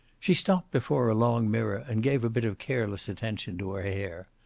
she stopped before a long mirror and gave a bit of careless attention to her hair.